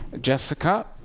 Jessica